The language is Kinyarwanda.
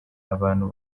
abantu